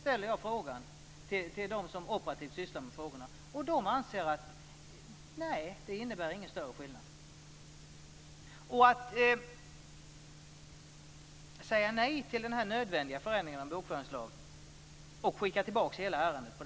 Jag har frågat dem som operativt sysslar med detta om det här, och de anser att det inte är någon större skillnad. Jag tycker inte att vi i detta läge kan säga nej till den nödvändiga förändringen av bokföringslagen och skicka tillbaka hela ärendet.